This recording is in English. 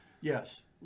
yes